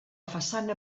façana